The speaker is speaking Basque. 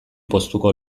poztuko